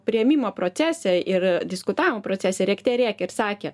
priėmimo procese ir diskutavimo procese rėkte rėkė ir sakė